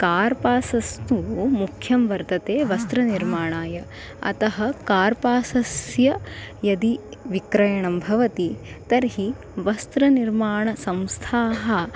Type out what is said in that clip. कार्पासस्तु मुख्यं वर्तते वस्त्रनिर्माणाय अतः कार्पासस्य यदि विक्रयणं भवति तर्हि वस्त्रनिर्माणसंस्थाः